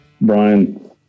Brian